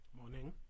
Morning